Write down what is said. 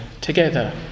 together